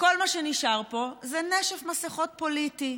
כל מה שנשאר פה זה נשף מסיכות פוליטי,